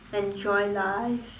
enjoy life